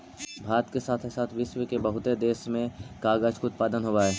भारत के साथे साथ विश्व के बहुते देश में कागज के उत्पादन होवऽ हई